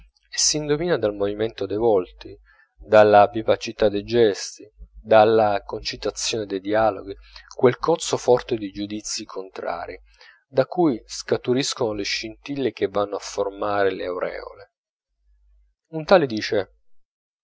e s'indovina dal movimento dei volti dalla vivacità dei gesti dalla concitazione dei dialoghi quel cozzo forte di giudizi contrarii da cui scaturiscono le scintille che vanno a formare le aureole un tale dice